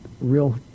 real